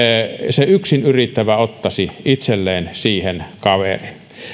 se yksin yrittävä ottaisi itselleen siihen kaverin